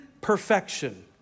perfection